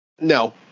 no